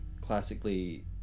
classically